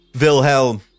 Wilhelm